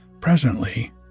Presently